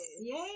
Yay